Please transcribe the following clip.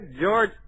George